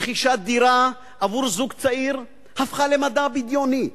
רכישת דירה עבור זוג צעיר הפכה למדע בדיוני,